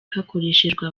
hakoreshejwe